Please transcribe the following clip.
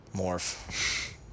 Morph